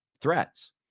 threats